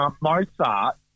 Mozart